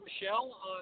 Michelle